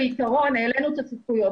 בעיקרון אנחנו העלינו את הצפיפות.